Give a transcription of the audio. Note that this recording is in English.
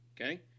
okay